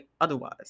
otherwise